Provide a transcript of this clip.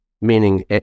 meaning